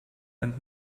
and